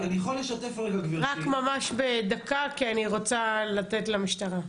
אני יכול לשתף רגע גברתי --- רק ממש בדקה כי אני רוצה לתת למשטרה,